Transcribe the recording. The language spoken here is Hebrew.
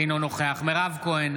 אינו נוכח מירב כהן,